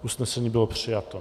Usnesení bylo přijato.